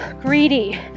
greedy